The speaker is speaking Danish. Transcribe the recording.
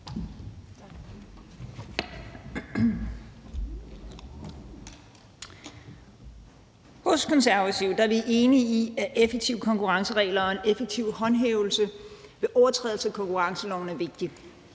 Hos Konservative er vi enige i, at det er vigtigt med effektive konkurrenceregler og en effektiv håndhævelse ved overtrædelse af konkurrenceloven.